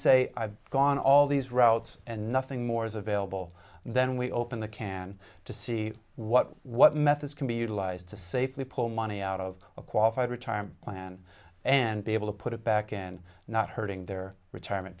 say i've gone all these routes and nothing more is available then we open the can to see what what methods can be utilized to safely pull money out of a qualified retirement plan and be able to put it back in not hurting their retirement